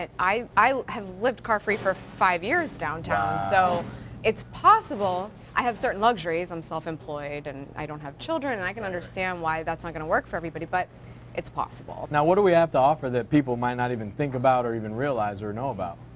i i have live car free for five years downtown, so it's possible. i have certain luxuries, i'm self-employed, and i don't have children. and i could understand why that's not going to work for everybody, but it's possible. now, what do we have to offer that people might not even think about or even realize or know about?